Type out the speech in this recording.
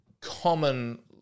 common